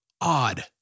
odd